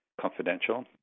confidential